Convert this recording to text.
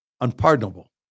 unpardonable